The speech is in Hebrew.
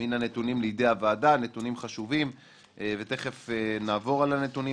הנתונים חשובים ותכף נעבור עליהם,